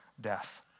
death